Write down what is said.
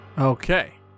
Okay